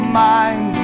mind